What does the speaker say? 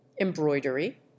embroidery